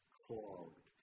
clogged